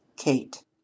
kate